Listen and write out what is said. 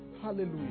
Hallelujah